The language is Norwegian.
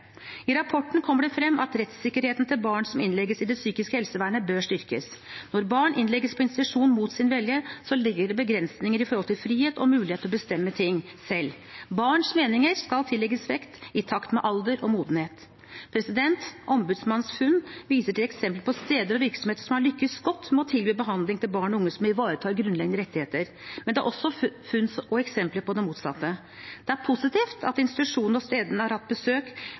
I rapporten kommer det frem at rettssikkerheten til barn som innlegges i det psykiske helsevernet, bør styrkes. Når barn innlegges på institusjon mot sin vilje, legger det begrensninger på frihet og mulighet til å bestemme ting selv. Barns meninger skal tillegges vekt i takt med alder og modenhet. Ombudsmannens funn viser til eksempler på steder og virksomheter som har lyktes godt med å tilby behandling til barn og unge som ivaretar grunnleggende rettigheter, men det er også eksempler på det motsatte. Det er positivt at institusjonene og stedene som har hatt besøk,